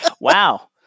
wow